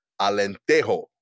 Alentejo